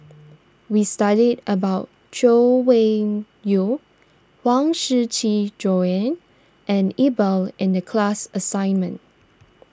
we studied about Chay Weng Yew Huang Shiqi Joan and Iqbal in the class assignment